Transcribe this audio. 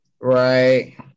Right